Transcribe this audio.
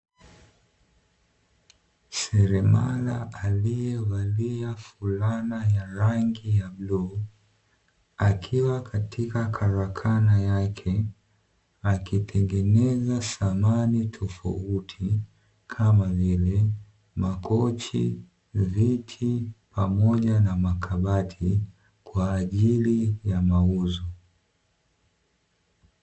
Seremala alievalia fulana ya rangi ya bluu, akiwa katika karakana yake akitengeneza samani tofauti kama vile, makochi, viti pamoja na makabati kwa ajili ya mauzo.